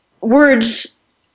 words